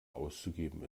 auszugeben